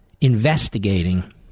investigating